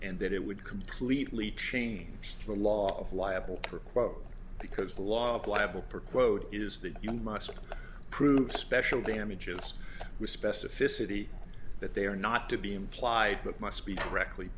and that it would completely change the law of liable for quote because the law of libel per quote is the young must prove special damages specificity that they are not to be implied but must be directly